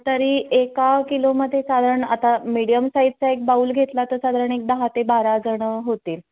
तरी एका किलोमध्ये साधारण आता मीडियम साईजचा एक बाउल घेतला तर साधारण एक दहा ते बारा जण होतील